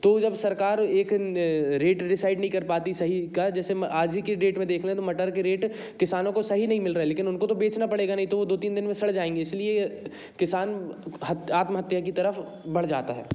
तो जब सरकार एक रेट डीसाइड नहीं कर पाती सही का जैसे में आज ही के डेट में देख लें तो मटर के रेट किसानों को सही नही मिल रहा है लेकिन उनको बेचना पड़ेगा नही तो वो दो तीन दिन में सड़ जाएँगे इसलिए किसान आत्महत्या की तरफ बढ़ जाता है